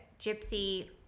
Gypsy